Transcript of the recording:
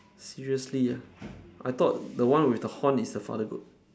seriously ah I thought the one with the horn is the father goat